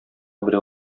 берәү